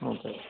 okay